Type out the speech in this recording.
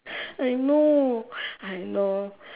I know I know